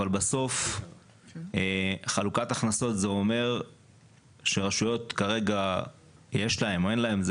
אבל בסוף חלוקת הכנסות זה אומר שרשויות כרגע יש להן או אין להן,